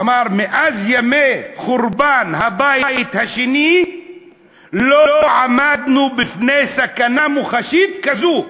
אמר: מאז ימי חורבן הבית השני לא עמדנו בפני סכנה מוחשית כזאת.